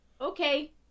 okay